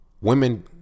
Women